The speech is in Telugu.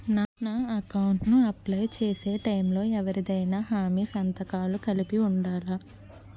నా అకౌంట్ ను అప్లై చేసి టైం లో ఎవరిదైనా హామీ సంతకాలు కలిపి ఉండలా?